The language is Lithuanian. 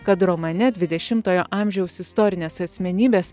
kad romane dvidešimtojo amžiaus istorines asmenybes